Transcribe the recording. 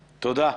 תודה.